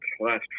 last